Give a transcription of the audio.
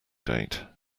date